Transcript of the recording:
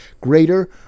greater